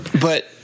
But-